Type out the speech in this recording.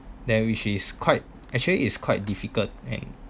then which is quite actually is quite difficult and